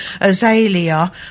azalea